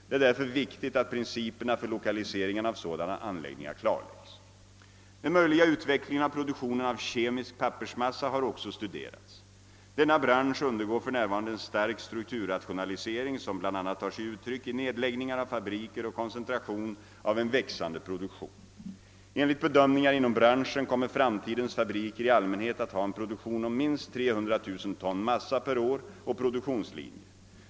Det är därför viktigt att principerna för lokaliseringen av sådana anläggningar klarläggs. tionen av kemisk pappersmassa har också studerats. Denna bransch undergår för närvarande en stark strukturrationalisering, som bl.a. tar sig uttryck i nedläggningar av fabriker och koncentration av en växande produktion. Enligt bedömningar inom branschen kommer framtidens fabriker i allmänhet att ha en produktion om minst 300 000 ton massa per år och produktionslinje.